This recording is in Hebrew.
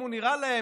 אם הוא נראה להם,